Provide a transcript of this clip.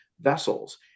vessels